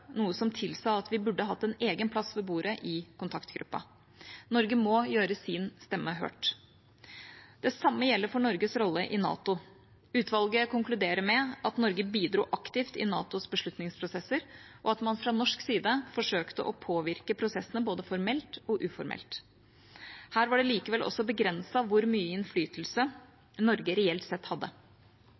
noe som tilsa at vi burde hatt en egen plass ved bordet i kontaktgruppa. Norge må gjøre sin stemme hørt. Det samme gjelder for Norges rolle i NATO. Utvalget konkluderer med at Norge bidro aktivt i NATOs beslutningsprosesser, og at man fra norsk side forsøkte å påvirke prosessene både formelt og uformelt. Her var det likevel også begrenset hvor mye innflytelse Norge reelt sett hadde.